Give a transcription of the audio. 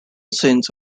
saints